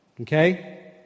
Okay